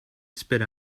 spit